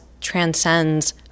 transcends